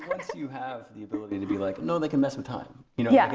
unless you have the ability to be like, no, they can mess with time. yeah.